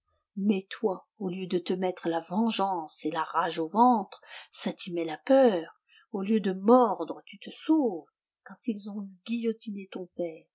toi au lieu de te mettre la vengeance et la rage au ventre ça t'y met la peur au lieu de mordre tu te sauves quand ils ont eu guillotiné ton père